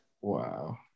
Wow